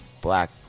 Black